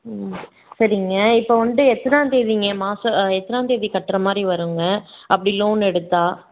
ம் சரிங்க இப்போ வந்து எத்தனாம்தேதிங்க மாதம் எத்தனாம்தேதி கட்டுற மாதிரி வருங்க அப்படி லோன் எடுத்தால்